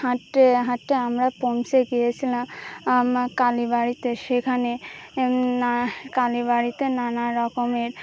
হাঁটতে হাঁটতে আমরা পৌঁছে গিয়েছিলাম আমার কালী বাড়িতে সেখানে কালী বাড়িতে নানা রকমের